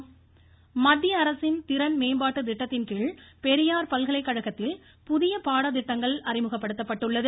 voice மத்தியஅரசின் திறன் மேம்பாட்டுத் திட்டத்தின்கீழ் பெரியார் பல்கலைக்கழகத்தில் புதிய பாடத்திட்டங்கள் அறிமுகப்படுத்தப்பட்டுள்ளது